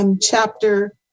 chapter